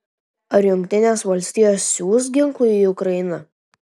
ar jungtinės valstijos siųs ginklų į ukrainą